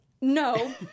No